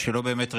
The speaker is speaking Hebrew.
ושלא באמת רציניים,